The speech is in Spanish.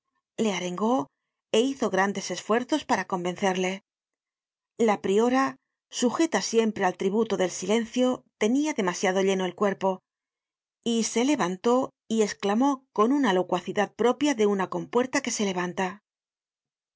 le arengó é hizo grandes esfuerzos para convencerle la priora sujeta siempre al tributo del silencio tenia demasiado lleno el cuerpo y se levantó y esclamó con una locuacidad propia de una compuerta que se levanta a